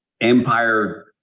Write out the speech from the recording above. Empire